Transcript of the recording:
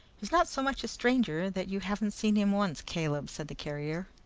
he's not so much a stranger that you haven't seen him once, caleb, said the carrier.